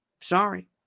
Sorry